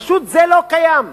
פשוט זה לא קיים.